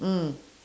mm